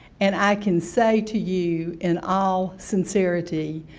and i can say to you in all sincerity,